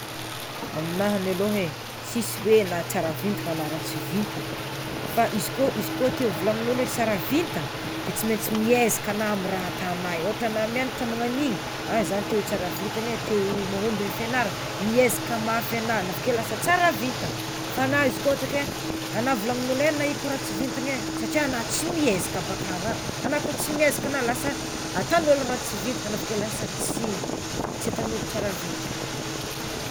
Aminahany alôha e tsisy hoe na tsara vintana na ratsy vintana fa izy koa izy koa te hovolanin'olo hoe tsara vintana de tsy maintsy miezaka ana amy raha ataona e ôhatra ana miagnatra magnan'igny ah zah te ho tsara vintana e te ho mahomby amy fiagnarana niezaka mafy ana avakeo lasa tsara vintana, fa ana izy koa ohatra ka hoe ana volanin'olo hoe eh ana io koa ratsy vintana e satria ana tsy miezaka baka ana, ana koa tsy miezaka ana lasa ataon'olo ratsy vintana ana avakeo lasa tsy ataon'olo tsara vintana.